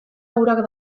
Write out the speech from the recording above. urak